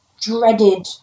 dreaded